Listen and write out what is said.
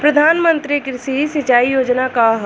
प्रधानमंत्री कृषि सिंचाई योजना का ह?